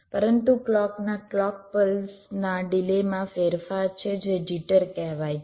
પરંતુ ક્લૉકના ક્લૉક પલ્સના ડિલેમાં ફેરફાર છે જે જિટર કહેવાય છે